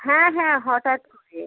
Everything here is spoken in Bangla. হ্যাঁ হ্যাঁ হঠাৎ করে